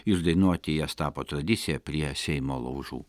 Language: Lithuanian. išdainuoti jas tapo tradicija prie seimo laužų